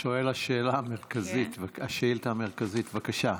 שואל השאילתה המרכזית, בבקשה.